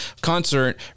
concert